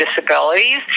disabilities